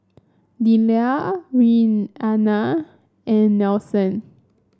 Delia Reanna and Nelson